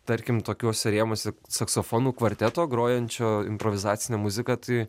tarkim tokiuose rėmuose saksofonų kvarteto grojančio improvizacinę muziką tai